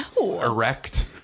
erect